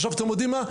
עכשיו אתם יודעים מה,